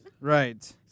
Right